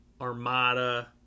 armada